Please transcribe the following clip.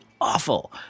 awful